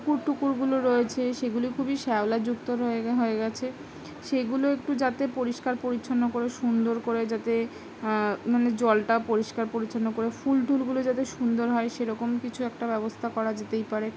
পুকুর টুকুরগুলো রয়েছে সেগুলি খুবই শ্যাওলা যুক্ত হয়ে হয়ে গেছে সেগুলো একটু যাতে পরিষ্কার পরিচ্ছন্ন করে সুন্দর করে যাতে মানে জলটা পরিষ্কার পরিচ্ছন্ন করে ফুল ঠুল যাতে সুন্দর হয় সেরকম কিছু একটা ব্যবস্থা করা যেতেই পারে